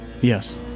yes